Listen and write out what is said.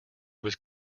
was